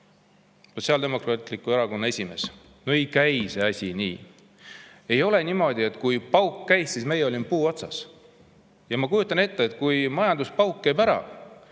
Sotsiaaldemokraatliku Erakonna esimees, no ei käi see asi nii! Ei ole niimoodi, et kui pauk käis, siis teie olite puu otsas. Ma kujutan ette, et kui majanduspauk käib ära,